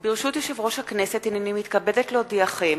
ברשות יושב-ראש הכנסת, הנני מתכבדת להודיעכם,